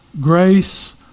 grace